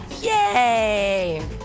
Yay